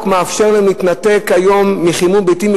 מאפשר להם להתנתק היום מחימום ביתי,